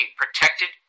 protected